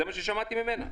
זה מה ששמעתי ממנה.